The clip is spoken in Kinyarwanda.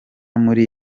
muri